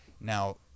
now